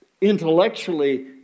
intellectually